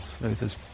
Luther's